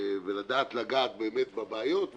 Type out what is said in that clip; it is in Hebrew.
ולדעת לגעת באמת בבעיות,